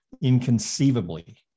inconceivably